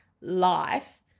life